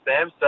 Sam